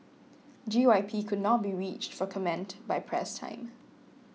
G Y P could not be reached for comment by press time